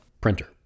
printer